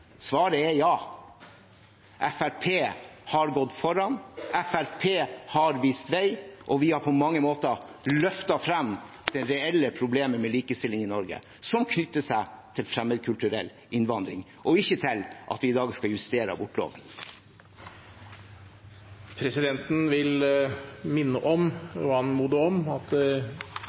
svaret er ja – Fremskrittspartiet har gått foran. Fremskrittspartiet har vist vei, og vi har på mange måter løftet frem det reelle problemet med likestilling i Norge, som knytter seg til fremmedkulturell innvandring og ikke til at vi i dag skal justere abortloven. Presidenten vil minne om og anmode om at